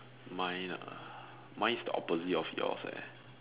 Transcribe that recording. mine ah mine is the opposite of yours eh